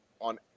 on